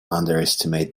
underestimate